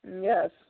Yes